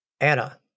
Anna